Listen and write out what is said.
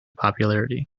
popularity